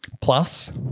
Plus